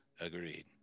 Agreed